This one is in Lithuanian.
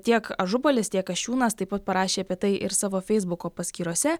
tiek ažubalis tiek kasčiūnas taip pat parašė apie tai ir savo feisbuko paskyrose